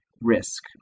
risk